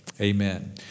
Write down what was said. Amen